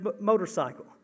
motorcycle